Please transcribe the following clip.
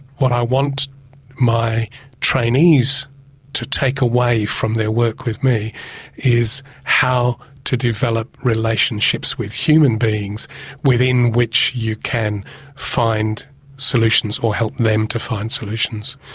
what i want my trainees to take away from their work with me is how to develop relationships with human beings within which you can find solutions or help them to find solutions.